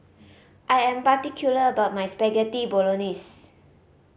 I am particular about my Spaghetti Bolognese